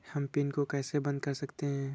हम पिन को कैसे बंद कर सकते हैं?